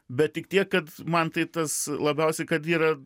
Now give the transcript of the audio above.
bet tik tiek kad man tai tas labiausiai kad yra